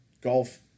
golf